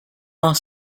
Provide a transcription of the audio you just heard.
are